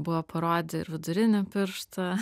buvo parodę vidurinį pirštą